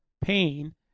pain